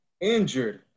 injured